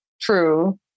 true